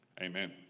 Amen